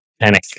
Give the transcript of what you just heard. Panic